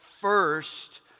first